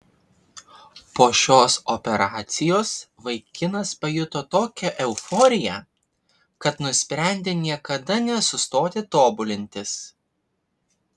po šios operacijos vaikinas pajuto tokią euforiją kad nusprendė niekada nesustoti tobulintis